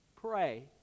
pray